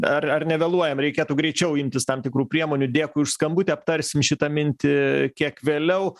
ar ar nevėluojam reikėtų greičiau imtis tam tikrų priemonių dėkui už skambutį aptarsim šitą mintį kiek vėliau